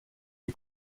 die